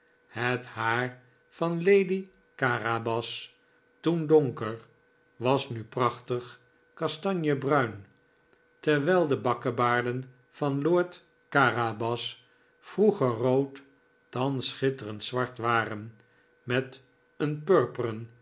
het haar van lady carabas toen donker was nu prachtig kastanjebruin terwijl de bakkebaarden van lord carabas vroeger rood thans schitterend zwart waren met een purperen